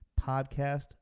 podcast